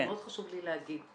מאוד חשוב לי להגיד,